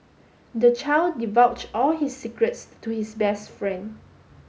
the child divulged all his secrets to his best friend